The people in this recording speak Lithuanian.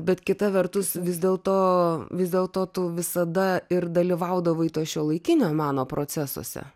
bet kita vertus vis dėl to vis dėl to tu visada ir dalyvaudavai to šiuolaikinio meno procesuose